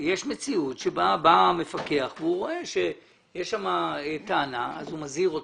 יש מציאות לפיה בא המפקח והוא רואה שיש שם טענה והוא מזהיר אותו,